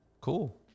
Cool